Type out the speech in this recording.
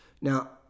Now